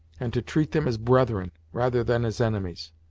and to treat them as brethren rather than as enemies.